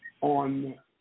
on